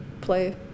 play